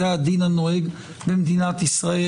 זה הדין הנוהג במדינת ישראל.